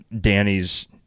Danny's –